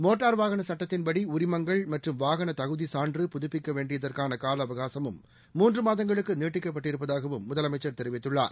motor வாகன சுட்டத்தின்படி உரிமங்கள் மற்றும் வாகன தகுதி சான்று புதுப்பிக்க வேண்டியதற்கான கால அவகாசமும் மூன்று மாதங்களுக்கு நீட்டிக்கப்பட்டிருப்பதாகவும் முதலமைச்ச் தெரிவித்துள்ளார்